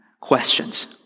questions